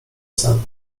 sen